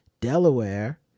Delaware